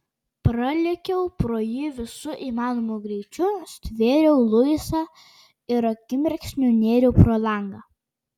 pralėkiau pro jį visu įmanomu greičiu stvėriau luisą ir akimirksniu nėriau pro langą